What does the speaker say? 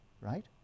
Right